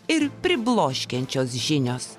ir pribloškiančios žinios